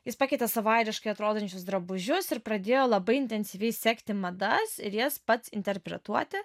jis pakeitė savo airiškai atrodančius drabužius ir pradėjo labai intensyviai sekti madas ir jas pats interpretuoti